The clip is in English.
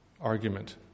argument